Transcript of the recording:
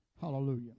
Hallelujah